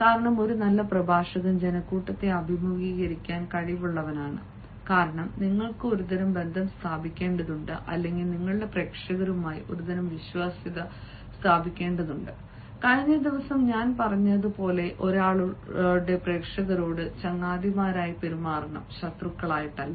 കാരണം ഒരു നല്ല പ്രഭാഷകൻ ജനക്കൂട്ടത്തെ അഭിമുഖീകരിക്കാൻ കഴിവുള്ളവനാണ് കാരണം നിങ്ങൾക്ക് ഒരുതരം ബന്ധം സ്ഥാപിക്കേണ്ടതുണ്ട് അല്ലെങ്കിൽ നിങ്ങളുടെ പ്രേക്ഷകരുമായി ഒരുതരം വിശ്വാസ്യത സ്ഥാപിക്കേണ്ടതുണ്ട് കഴിഞ്ഞ ദിവസം ഞാൻ പറഞ്ഞതുപോലെ ഒരാളുടെ പ്രേക്ഷകരോട് ചങ്ങാതിമാരായി പെരുമാറണം ശത്രുക്കളായിട്ടല്ല